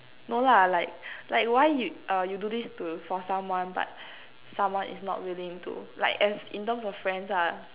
no lah like like why you uh you do this to for someone but someone is not willing to like as in terms of friends lah